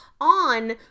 on